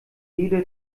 jede